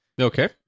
Okay